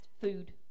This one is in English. food